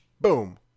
Boom